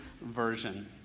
Version